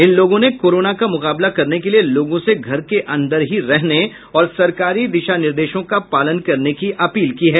इन लोगों ने कोरोना का मुकाबला करने के लिए लोगों से घर के अंदर ही रहने और सरकारी दिशा निर्देशों का पालन करने की अपील की है